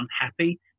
unhappy